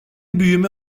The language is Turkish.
büyüme